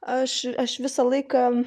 aš aš visą laiką